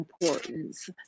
importance